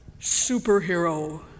superhero